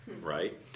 right